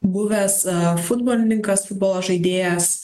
buvęs futbolininkas futbolo žaidėjas